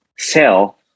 sell